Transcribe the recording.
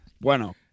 Bueno